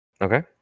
Okay